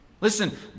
listen